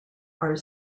are